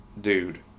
dude